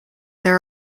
there